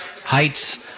Heights